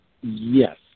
Yes